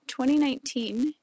2019